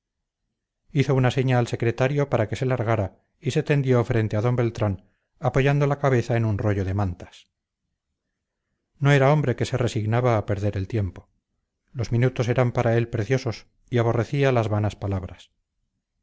hizo una seña al secretario para que se largara y se tendió frente a d beltrán apoyando la cabeza en un rollo de mantas no era hombre que se resignaba a perder el tiempo los minutos eran para él preciosos y aborrecía las vanas palabras